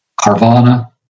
Carvana